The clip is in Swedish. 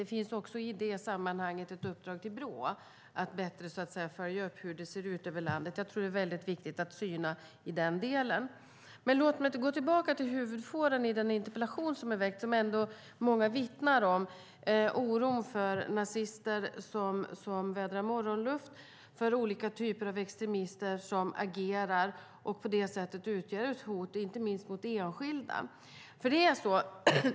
Det finns i det sammanhanget också ett uppdrag till Brå att bättre följa upp hur det ser ut över landet. Det är väldigt viktigt att syna den delen. Låt mig gå tillbaka till huvudfåran i den interpellation som har ställts. Många vittnar om oron för nazister som vädrar morgonluft och olika typer av extremister som agerar och på det sättet utgör ett hot inte minst mot enskilda.